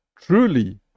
Truly